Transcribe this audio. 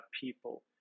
people